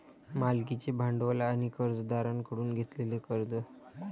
मालकीचे भांडवल आणि कर्जदारांकडून घेतलेले कर्ज